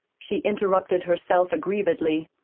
she interrupted herself aggrievedly.